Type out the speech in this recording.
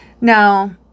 Now